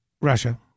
Russia